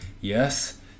yes